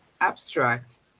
abstract